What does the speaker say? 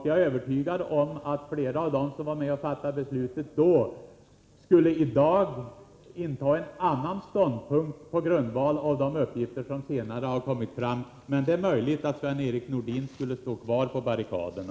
Jag är övertygad om att flera av dem som var med om att fatta beslutet då skulle inta en annan ståndpunkt i dag, på grundval av de uppgifter som senare kommit fram. Men det är möjligt att Sven-Erik Nordin skulle stå kvar på barrikaderna.